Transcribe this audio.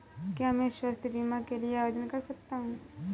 क्या मैं स्वास्थ्य बीमा के लिए आवेदन कर सकता हूँ?